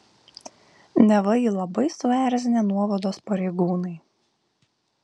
neva jį labai suerzinę nuovados pareigūnai